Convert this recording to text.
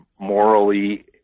morally